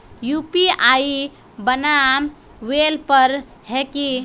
UPI बनावेल पर है की?